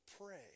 pray